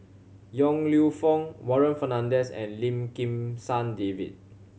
Yong Lew Foong Warren Fernandez and Lim Kim San David